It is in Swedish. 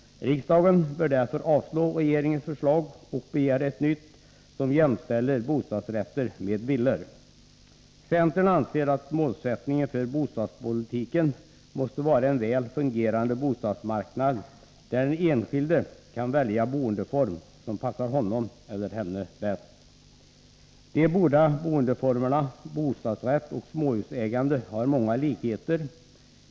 Riksdagen bör därför avslå regeringens förslag och begära ett nytt, som jämställer bostadsrätter med villor. Centern anser att målsättningen för bostadspolitiken måste vara att skapa en väl fungerande bostadsmarknad, där den enskilde kan välja boendeform som passar honom eller henne bäst. De båda boendeformerna bostadsrätt och småhusägande har många likheter.